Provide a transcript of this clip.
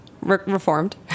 reformed